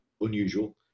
unusual